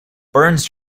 burns